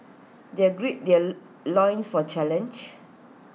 they gird their loins for challenge